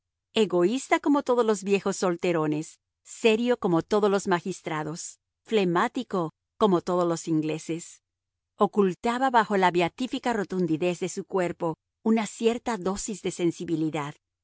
egoísta como todos los viejos solterones serio como todos los magistrados flemático como todos los ingleses ocultaba bajo la beatífica rotundidez de su cuerpo una cierta dosis de sensibilidad